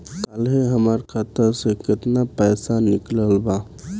काल्हे हमार खाता से केतना पैसा निकलल बा?